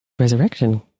resurrection